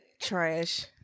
trash